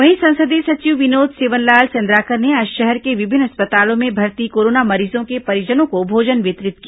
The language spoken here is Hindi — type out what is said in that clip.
वहीं संसदीय सचिव विनोद सेवनलाल चंद्राकर ने आज शहर के विभिन्न अस्पतालों में भर्ती कोरोना मरीजों के परिजनों को भोजन वितरित किया